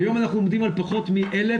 היום אנחנו עומדים על פחות מ-1,000